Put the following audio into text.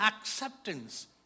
acceptance